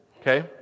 Okay